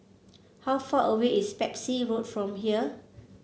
how far away is Pepys Road from here